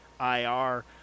IR